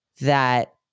that-